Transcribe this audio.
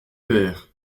père